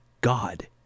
God